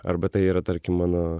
arba tai yra tarkim mano